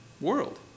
world